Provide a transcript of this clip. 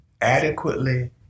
adequately